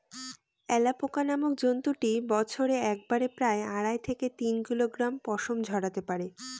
alpaca নামক জন্তুটি বছরে একবারে প্রায় আড়াই থেকে তিন কিলোগ্রাম পশম ঝোরাতে পারে